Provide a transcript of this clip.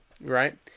right